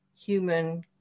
human